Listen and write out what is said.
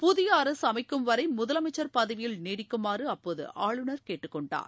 புதிய அரசு அமைக்கும் வரை முதலமைக்சர் பதவியில் நீடிக்குமாறு அப்போது ஆளுநர் கேட்டுக்கொண்டார்